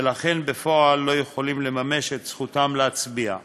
ולכן בפועל הם לא יכולים לממש את זכותם להצביע.